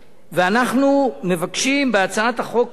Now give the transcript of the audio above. ואנחנו מבקשים בהצעת החוק הזאת